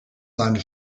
seine